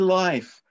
life